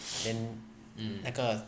then 那个